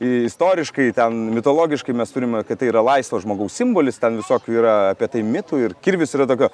istoriškai ten mitologiškai mes turime kad tai yra laisvo žmogaus simbolis ten visokių yra apie tai mitų ir kirvis yra tokio